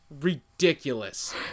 Ridiculous